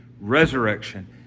resurrection